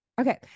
Okay